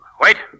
Wait